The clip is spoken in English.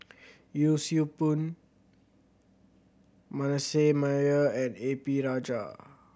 Yee Siew Pun Manasseh Meyer and A P Rajah